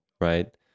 Right